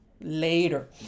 Later